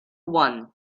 one